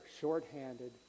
shorthanded